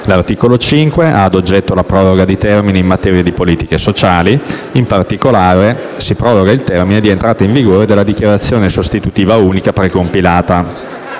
L'articolo 5 ha ad oggetto la proroga di termini in materia di politiche sociali. In particolare, si proroga il termine di entrata in vigore della Dichiarazione sostitutiva unica (DSU) precompilata,